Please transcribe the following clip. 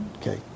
Okay